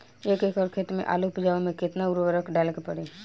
एक एकड़ खेत मे आलू उपजावे मे केतना उर्वरक डाले के पड़ी?